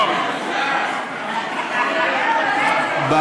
התשע"ו 2016, לוועדת החוקה, חוק ומשפט נתקבלה.